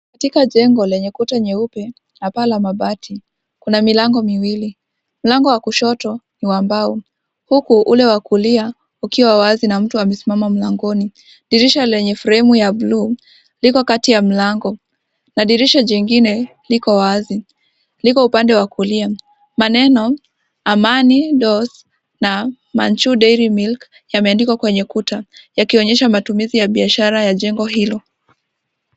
Katika jengo lenye kuta nyeupe na paa la mabati, kuna milango miwili, mlango wa kushoto ni wa mbao, huku ule wa kulia ukiwa wazi na mtu amesimama mlangoni. Dirisha lenye frame ya blue liko kati ya mlango, na dirisha jingine liko wazi, liko upande wa kulia, maneno '' amani doors na Manju dairy milk yameandikwa kwenye kuta yakionyesha matumizi ya biashara ya jengo hilo.